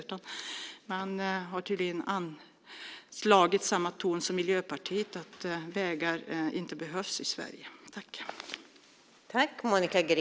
De har tydligen anslagit samma ton som Miljöpartiet om att vägar inte behövs i Sverige.